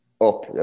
up